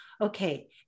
okay